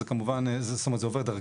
אז זה כמובן, זאת אומרת, זה עובר דרכנו.